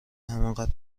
همانقدر